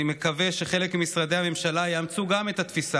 אני מקווה שחלק ממשרדי הממשלה יאמצו גם את התפיסה